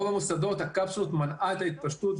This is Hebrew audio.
ברוב המוסדות הקפסולות מנעו את ההתפשטות;